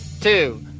two